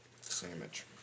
sandwich